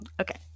Okay